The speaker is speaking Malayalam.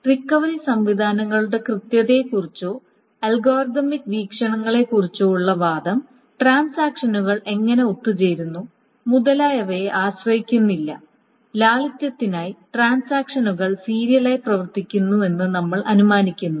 റിക്കവറി സംവിധാനങ്ങളുടെ കൃത്യതയെക്കുറിച്ചോ അൽഗോരിതമിക് വീക്ഷണങ്ങളെക്കുറിച്ചോ ഉള്ള വാദം ട്രാൻസാക്ഷനുകൾ എങ്ങനെ ഒത്തുചേരുന്നു മുതലായവയെ ആശ്രയിക്കുന്നില്ല ലാളിത്യത്തിനായി ട്രാൻസാക്ഷനുകൾ സീരിയലായി പ്രവർത്തിക്കുന്നുവെന്ന് നമ്മൾ അനുമാനിക്കുന്നു